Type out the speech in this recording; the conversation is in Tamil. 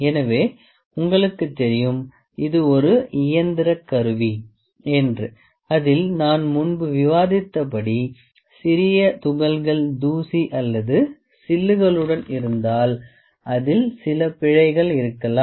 எனவே உங்களுக்குத் தெரியும் இது ஒரு இயந்திரக் கருவி என்று அதில் நான் முன்பு விவாதித்தபடி சிறிய துகள்கள் தூசி அல்லது சில்லுகளுடன் இருந்தால் அதில் சில பிழைகள் இருக்கலாம்